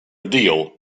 deal